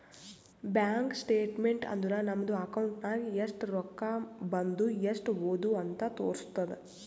bank statement ಅಂದುರ್ ನಮ್ದು account ನಾಗ್ ಎಸ್ಟ್ ರೊಕ್ಕಾ ಬಂದು ಎಸ್ಟ್ ಹೋದು ಅಂತ್ ತೋರುಸ್ತುದ್